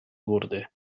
wurde